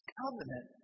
covenant